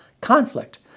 conflict